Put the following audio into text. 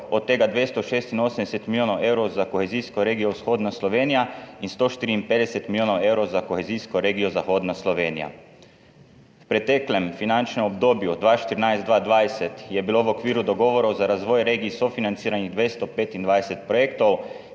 od tega 286 milijonov evrov za kohezijsko regijo Vzhodna Slovenija in 154 milijonov evrov za kohezijsko regijo Zahodna Slovenija. V preteklem finančnem obdobju, 2014–2020, je bilo v okviru dogovorov za razvoj regij sofinanciranih 225 projektov,